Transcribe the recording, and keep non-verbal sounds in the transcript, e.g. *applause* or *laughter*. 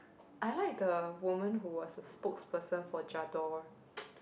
I like the woman who was a spokesperson for J'adore *noise*